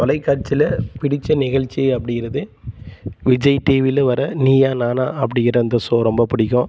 தொலைக்காட்சியில் பிடித்த நிகழ்ச்சி அப்படிங்குறது விஜய் டிவியில் வர்ற நீயா நானா அப்படிங்குற அந்த ஷோ ரொம்ப பிடிக்கும்